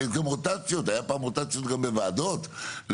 הרי יש גם רוטציות גם בוועדות למיניהם.